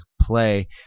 play